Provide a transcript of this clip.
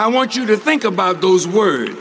i want you to think about those words